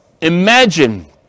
Imagine